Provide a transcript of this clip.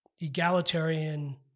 egalitarian